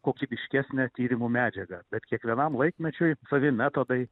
kokybiškesnę tyrimų medžiagą bet kiekvienam laikmečiui savi metodai